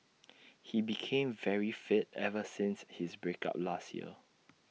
he became very fit ever since his break up last year